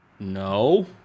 No